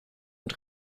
und